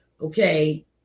okay